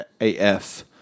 AF